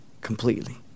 completely